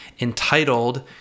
entitled